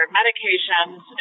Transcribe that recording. medications